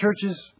churches